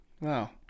Wow